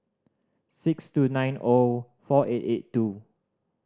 six two nine O four eight eight two